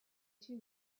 two